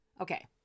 Okay